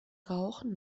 rauchen